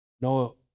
No